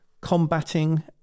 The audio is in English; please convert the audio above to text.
Combating